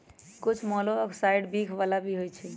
कुछ मोलॉक्साइड्स विख बला होइ छइ